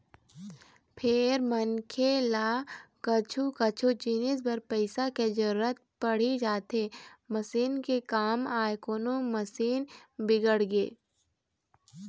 फेर मनखे ल कछु कछु जिनिस बर पइसा के जरुरत पड़ी जाथे मसीन के काम आय कोनो मशीन बिगड़गे